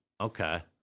okay